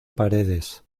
paredes